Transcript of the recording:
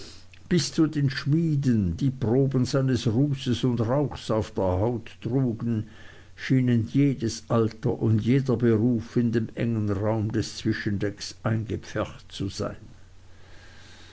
bis zu den schmieden die proben seines rußes und rauchs auf der haut trugen schienen jedes alter und jeder beruf in dem engen raum des zwischendecks eingepfercht zu sein